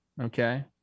okay